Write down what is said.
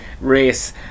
race